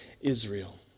Israel